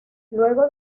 luego